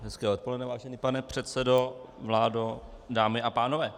Hezké odpoledne, vážený pane předsedo, vládo, dámy a pánové.